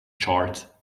chart